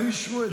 הם אישרו את זה.